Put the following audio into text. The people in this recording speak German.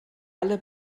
alle